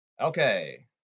Okay